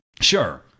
Sure